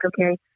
okay